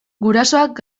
gurasoak